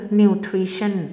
nutrition